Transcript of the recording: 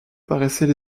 paraissait